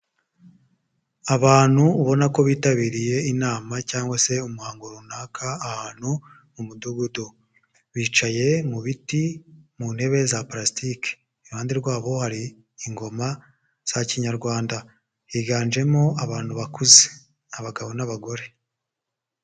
Abantu ubona ko bitabiriye inama cyangwa se umuhango runaka ahantu mu mudugudu, bicaye mu biti mu ntebe za palasitike, iruhande rwabo hari ingoma za kinyarwanda, higanjemo abantu bakuze abagabo n'abagore.